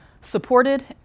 supported